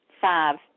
five